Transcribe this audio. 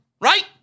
right